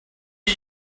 you